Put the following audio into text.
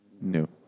No